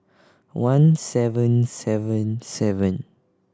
one seven seven seven